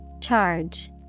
Charge